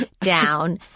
down